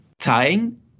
tying